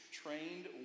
trained